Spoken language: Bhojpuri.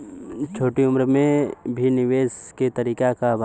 छोटी उम्र में भी निवेश के तरीका क बा?